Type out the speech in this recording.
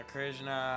Krishna